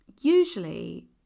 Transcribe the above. usually